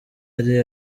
ari